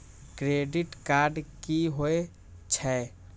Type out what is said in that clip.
Credit card की होय छै?